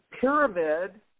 pyramid